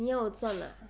你要我